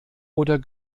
oder